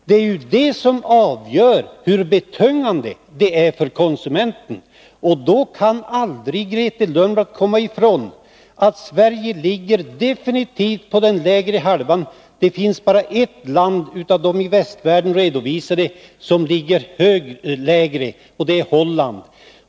Det är det som avgör hur betungande livsmedelspriserna är för konsumenten. Då kan Grethe Lundblad aldrig komma ifrån att Sverige definitivt ligger på den undre halvan. Det finns bara ett land av de i västvärlden redovisade som ligger lägre — och det är Holland.